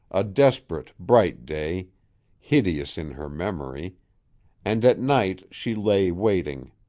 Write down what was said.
a desperate, bright day hideous in her memory and at night she lay waiting.